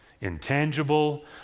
intangible